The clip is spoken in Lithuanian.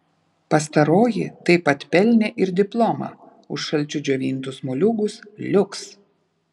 pastaroji taip pat pelnė ir diplomą už šalčiu džiovintus moliūgus liuks